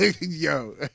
yo